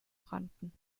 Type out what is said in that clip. rannten